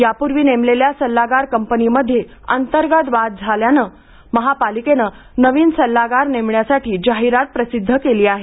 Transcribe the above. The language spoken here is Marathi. यापूर्वी नेमलेल्या सल्लागार कंपनीमध्ये अंतर्गत वाद निर्माण झाल्याने महापालिकेने नवीन सल्लागार नेमण्यासाठी जाहिरात प्रसिद्ध केली आहे